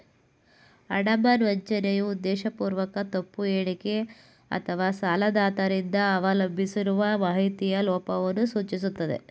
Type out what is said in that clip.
ಅಡಮಾನ ವಂಚನೆಯು ಉದ್ದೇಶಪೂರ್ವಕ ತಪ್ಪು ಹೇಳಿಕೆ ಅಥವಾಸಾಲದಾತ ರಿಂದ ಅವಲಂಬಿಸಿರುವ ಮಾಹಿತಿಯ ಲೋಪವನ್ನ ಸೂಚಿಸುತ್ತೆ